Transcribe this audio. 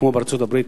כמו בארצות-הברית,